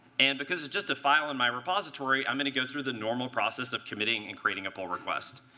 and because it's just a file in my repository, i'm going to go through the normal process of committing and creating a pull request.